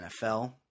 nfl